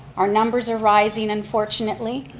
our numbers are rising, unfortunately,